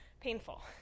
painful